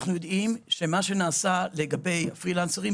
אנחנו יודעים שמה שנעשה לגבי הפרילנסרים,